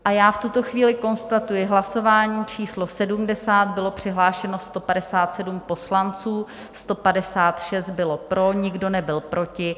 V tuto chvíli konstatuji, že v hlasování číslo 70 bylo přihlášeno 157 poslanců, 156 bylo pro, nikdo nebyl proti.